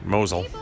Mosul